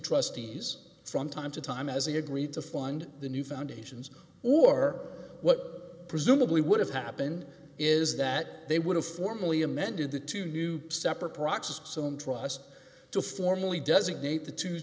trustees from time to time as he agreed to fund the new foundations or what presumably would have happened is that they would have formally amended the two new separate proxies some trust to formally designate the to